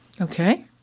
Okay